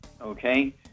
Okay